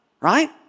right